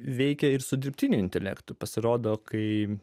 veikia ir su dirbtiniu intelektu pasirodo kai